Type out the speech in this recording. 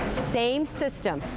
same system.